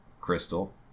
Crystal